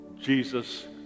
Jesus